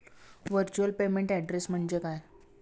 Virtual payment address म्हणजे काय?